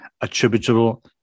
attributable